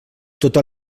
tota